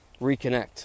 reconnect